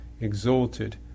exalted